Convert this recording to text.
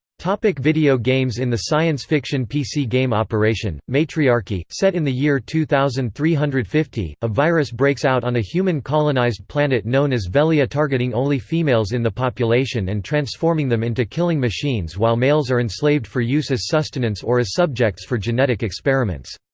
like video games in the science-fiction pc game operation matriarchy, set in the year two thousand three hundred and fifty, a virus breaks out on a human colonized planet known as velia targeting only females in the population and transforming them into killing-machines while males are enslaved for use as sustenance or as subjects for genetic experiments.